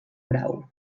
grau